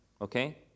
Okay